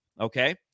Okay